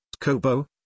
Kobo